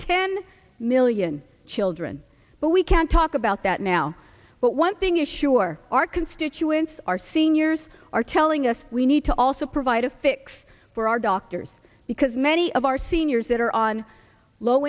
ten million children but we can talk about that now but one thing is sure our constituents are seniors are telling us we need to also provide a fix for our doctors because many of our seniors that are on low